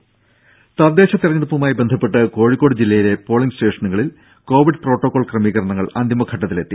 രും തദ്ദേശ തെരഞ്ഞെടുപ്പുമായി ബന്ധപ്പെട്ട് കോഴിക്കോട് ജില്ലയിലെ പോളിംഗ് സ്റ്റേഷനുകളിൽ കോവിഡ് പ്രോട്ടോകോൾ ക്രമീകരണങ്ങൾ അന്തിമഘട്ടത്തിലെത്തി